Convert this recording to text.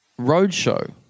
Roadshow